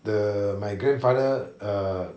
the my grandfather err